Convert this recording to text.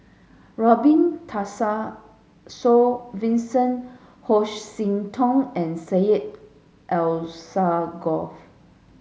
Robin Tessensohn Vincent Hoisington and Syed Alsagoff